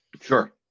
Sure